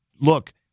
Look